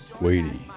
waiting